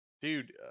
Dude